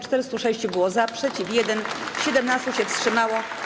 406 było za, przeciw - 1, 17 się wstrzymało.